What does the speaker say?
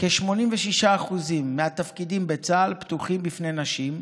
כ-86% מהתפקידים בצה"ל פתוחים בפני נשים,